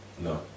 No